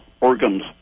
organs